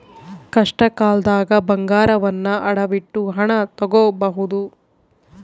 ಕಷ್ಟಕಾಲ್ದಗ ಬಂಗಾರವನ್ನ ಅಡವಿಟ್ಟು ಹಣ ತೊಗೋಬಹುದು